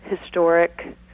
Historic